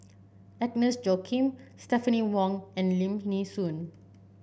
Agnes Joaquim Stephanie Wong and Lim Nee Soon